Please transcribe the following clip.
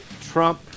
Trump